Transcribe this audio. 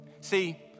See